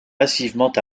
massivement